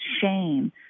shame